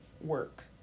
work